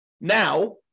now